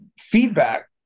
feedback